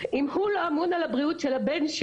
ואם הוא לא אמון על הבריאות שלי,